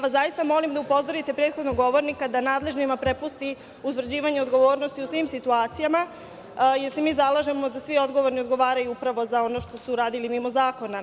Zaista vas molim da upozorite prethodnog govornika da nadležnima prepusti utvrđivanje odgovornosti u svim situacijama, jer se mi zalažemo da svi odgovorni odgovaraju upravo za ono što su uradili mimo zakona.